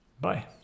Bye